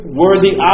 worthy